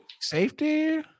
Safety